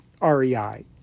REI